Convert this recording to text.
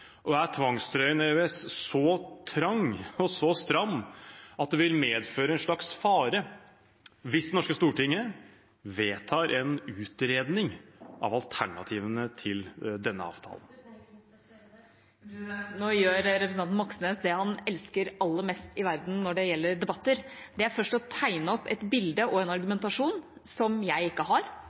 og er tvangstrøya EØS så trang og så stram at det vil medføre en slags fare hvis det norske stortinget vedtar en utredning av alternativene til denne avtalen? Nå gjør representanten Moxnes det han elsker aller mest i verden når det gjelder debatter. Det er først å tegne opp et bilde og en argumentasjon som jeg ikke har, og så argumenterer han mot det etterpå som om jeg har